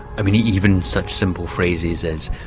i mean even such simple phrases as,